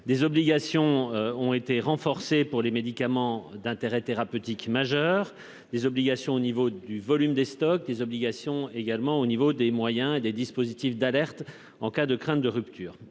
des obligations ont été renforcées pour les médicaments d'intérêt thérapeutique majeure des obligations au niveau du volume des stocks des obligations également au niveau des moyens et des dispositifs d'alerte en cas de craintes de rupture